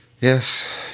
Yes